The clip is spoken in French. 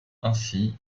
ainsi